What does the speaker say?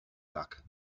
luck